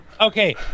okay